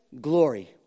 glory